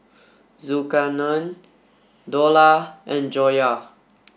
Zulkarnain Dollah and Joyah